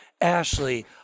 Ashley